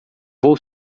vou